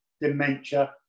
dementia